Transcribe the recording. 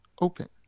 open